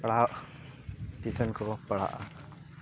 ᱯᱟᱲᱦᱟᱜ ᱴᱤᱭᱩᱥᱮᱱ ᱠᱚ ᱯᱟᱲᱦᱟᱜᱼᱟ